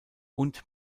und